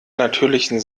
natürlichen